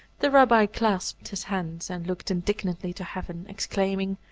the rabbi clasped his hands, and looked indignantly to heaven, exclaiming,